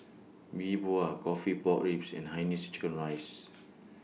Yi Bua Coffee Pork Ribs and Hainanese Chicken Rice